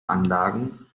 anlagen